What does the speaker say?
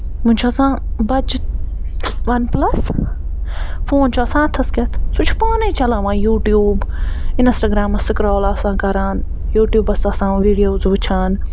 ؤنۍ چھُ آسان بَچہٕ وَن پٔلَس فون چھُ آسان اَتھس کھٮ۪تھ سُہ چھُ پانَے چَلاوان یوٗٹوٗب اِنسٹراگرٮ۪مَس سٔکرول آسان کران یوٗٹوٗبَس آسان ویٖڈیو وُچھان